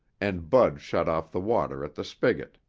and bud shut off the water at the spigot.